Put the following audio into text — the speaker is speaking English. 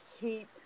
hate